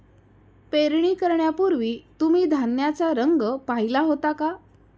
पेरणी करण्यापूर्वी तुम्ही धान्याचा रंग पाहीला होता का?